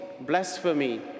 blasphemy